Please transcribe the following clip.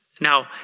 Now